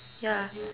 ya